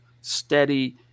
steady